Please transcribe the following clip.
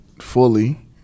fully